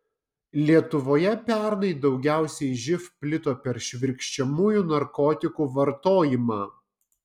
lietuvoje pernai daugiausiai živ plito per švirkščiamųjų narkotikų vartojimą